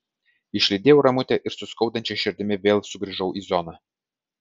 išlydėjau ramutę ir su skaudančia širdimi vėl sugrįžau į zoną